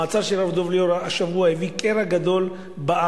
המעצר של הרב דב ליאור השבוע הביא קרע גדול בעם,